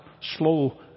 slow